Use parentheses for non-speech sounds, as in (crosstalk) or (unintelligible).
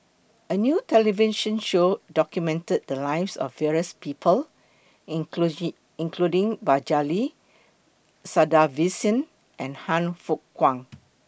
A New television Show documented The Lives of various People (unintelligible) including Balaji Sadasivan and Han Fook Kwang